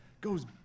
goes